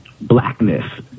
Blackness